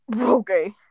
Okay